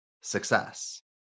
success